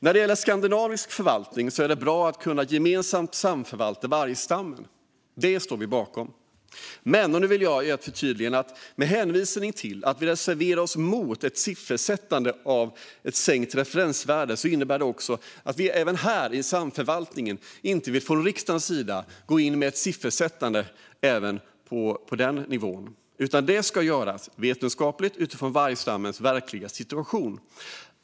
När det gäller skandinavisk förvaltning är det bra att kunna samförvalta vargstammen. Det står vi bakom. Men låt mig göra ett förtydligande: Med hänvisning till att vi reserverar oss mot att siffersätta ett sänkt referensvärde vill vi inte heller att riksdagen går in med ett siffersättande i samförvaltningen. Detta ska göras vetenskapligt utifrån vargstammens verkliga situation.